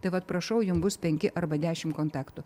tai vat prašau jum bus penki arba dešimt kontaktų